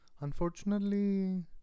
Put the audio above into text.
unfortunately